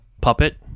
puppet